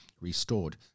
Restored